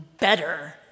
better